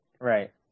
Right